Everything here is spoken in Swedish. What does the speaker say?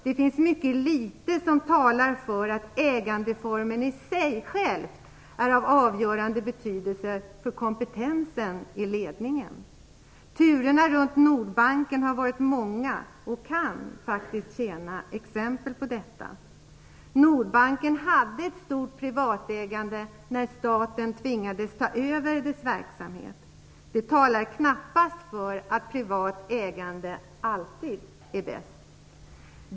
Det finns mycket litet som talar för att ägandeformen i sig är av avgörande betydelse för kompetensen i ledningen. Turerna kring Nordbanken har varit många och kan faktiskt tjäna som exempel på detta. Nordbanken hade ett stort privatägande när staten tvingades ta över dess verksamhet. Det talar knappast för att privat ägande alltid är bäst.